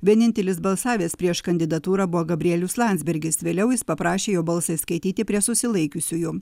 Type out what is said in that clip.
vienintelis balsavęs prieš kandidatūrą buvo gabrielius landsbergis vėliau jis paprašė jo balsą įskaityti prie susilaikiusiųjų